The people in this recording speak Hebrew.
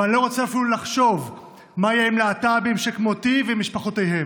ואני לא רוצה אפילו לחשוב מה יהיה עם להט"בים שכמותי ועם משפחותיהם.